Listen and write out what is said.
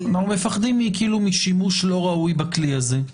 --- אנחנו מפחדים משימוש לא ראוי בכלי הזה.